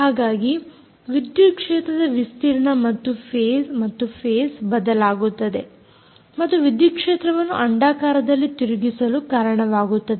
ಹಾಗಾಗಿ ವಿದ್ಯುತ್ ಕ್ಷೇತ್ರದ ವಿಸ್ತೀರ್ಣ ಮತ್ತು ಫೇಸ್ ಬದಲಾಗುತ್ತದೆ ಮತ್ತು ವಿದ್ಯುತ್ ಕ್ಷೇತ್ರವನ್ನು ಅಂಡಾಕಾರದಲ್ಲಿ ತಿರುಗಿಸಲು ಕಾರಣವಾಗುತ್ತದೆ